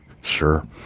Sure